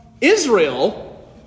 Israel